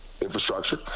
infrastructure